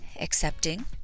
accepting